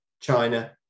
china